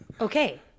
Okay